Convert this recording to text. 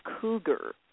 cougar